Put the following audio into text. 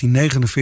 1949